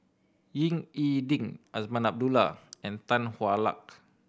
Ying E Ding Azman Abdullah and Tan Hwa Luck